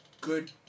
good